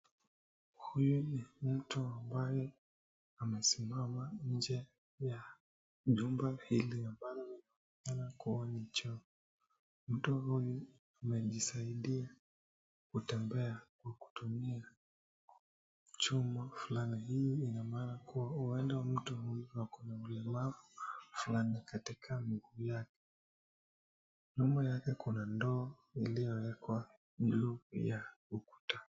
Huyu ni mtu ambaye amesimama nje ya nyumba hili ambalo inaonekana kuwa ni chao. Mtu huyu amejisaidia kutembea kwa kutumia chuma fulani. Hii inamaana kuwa huenda mtu huyu ako na ulemavu fulani katika mguu yake. Nyuma yake kuna ndoo iliyowekwa juu ya ukuta.